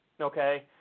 okay